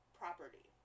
property